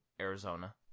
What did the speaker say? Arizona